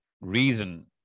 reason